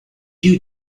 you